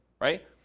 right